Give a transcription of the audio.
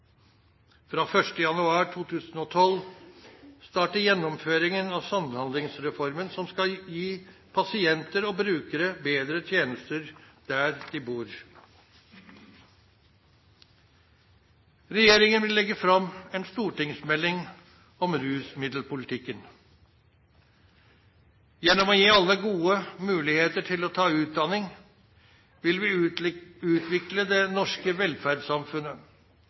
Fra 1. januar 2012 starter gjennomføringen av Samhandlingsreformen, som skal gi pasienter og brukere bedre tjenester der de bor. Regjeringen vil legge fram en stortingsmelding om rusmiddelpolitikken. Gjennom å gi alle gode muligheter til å ta utdanning vil vi utvikle det norske velferdssamfunnet.